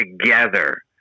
together